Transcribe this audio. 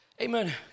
Amen